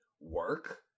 work